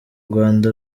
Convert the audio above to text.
rwanda